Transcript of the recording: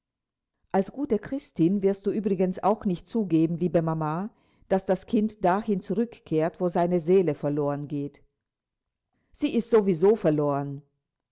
als gute christin wirst du übrigens auch nicht zugeben liebe mama daß das kind dahin zurückkehrt wo seine seele verloren geht sie ist so wie so verloren